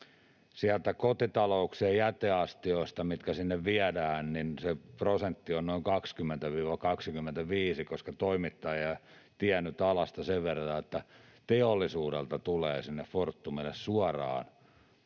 sieltä kotitalouksien jäteastioista, mitkä sinne viedään, se prosentti on noin 20—25. Toimittaja ei ole tiennyt alasta sen vertaa, että teollisuudelta tulee sinne Fortumille suoraan